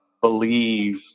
believe